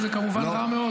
זהו.